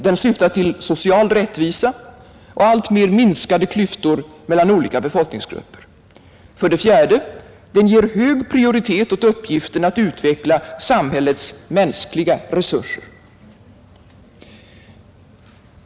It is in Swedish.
Den syftar till social rättvisa och alltmer minskade klyftor mellan olika befolkningsgrupper. 4. Den ger hög prioritet åt uppgiften att utveckla samhällets mänskliga resurser.